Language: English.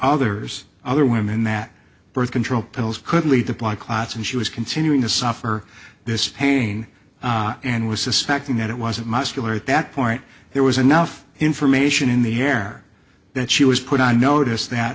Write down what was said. others other women that birth control pills could lead to blood clots and she was continuing to suffer this pain and was suspecting that it wasn't muscular at that point there was enough information in the air that she was put on notice that